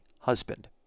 husband